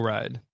Ride